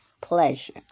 pleasure